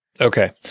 Okay